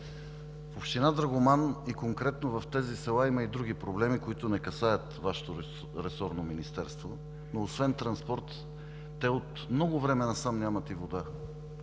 Община Драгоман и конкретно в тези села има и други проблеми, които не касаят Вашето ресорно министерство, но освен транспорт те от много време насам нямат и вода.